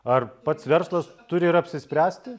ar pats verslas turi ir apsispręsti